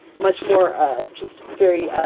much more just. very.